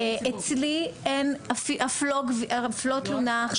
אצלי אין אף לא תלונה אחת,